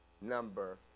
number